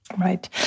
Right